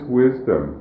wisdom